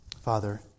Father